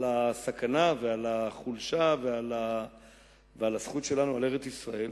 הסכנה ועל החולשה ועל הזכות שלנו על ארץ-ישראל,